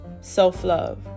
self-love